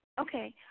Okay